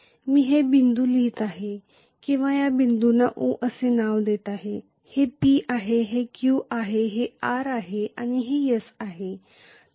मी हे बिंदू लिहीत आहे किंवा या बिंदूंना O असे नाव देईल हे P आहे हे Q आहे हे R आहे आणि हे S आहे